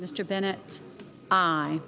mr bennett i